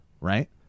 right